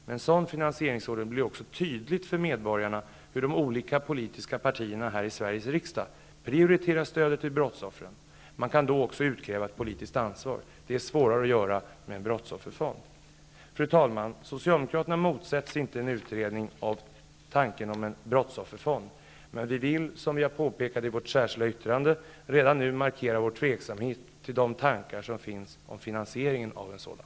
Med en sådan finansieringsordning blir det också tydligt för medborgarna hur de olika politiska partierna här i Sveriges riksdag prioriterar stödet till brottsoffren. Man kan då också utkräva ett politiskt ansvar, vilket är svårare att göra med en brottsofferfond. Fru talman! Socialdemokraterna motsätter sig inte en utredning av förslaget om en brottsofferfond, men vi vill, som vi påpekat i vårt särskilda yttrande, redan nu markera vår tveksamhet inför de tankar som finns om finansieringen av en sådan.